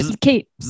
Kate